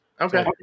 Okay